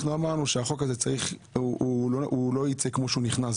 אנחנו אמרנו שהחוק הזה לא יצא כמו שהוא נכנס,